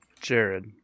Jared